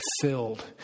filled